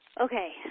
Okay